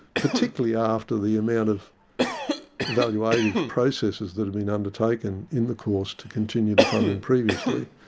particularly after the amount of evaluative processes that have been undertaken in the course to continue the funding previously,